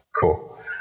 Cool